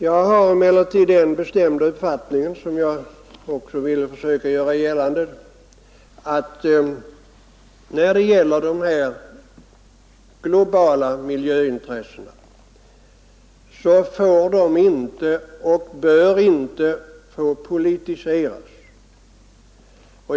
Jag har emellertid den bestämda uppfattningen, som jag också velat försöka göra gällande, att när det gäller de här globala miljöintressena får och bör de inte politiseras.